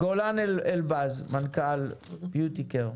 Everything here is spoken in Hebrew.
גולן אלבז, מנכ"ל ביוטיקייר.